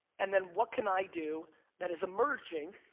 and then what can i do that is emerging,